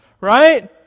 right